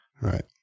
Right